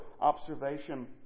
observation